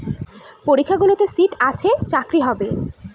পরীক্ষাগুলোতে সিট আছে চাকরি হবে